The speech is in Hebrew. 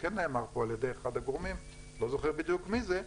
כן נאמר פה על ידי אחד הגורמים לא זוכר בדיוק מי זה,